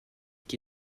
qui